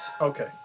Okay